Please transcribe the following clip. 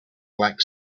black